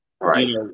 Right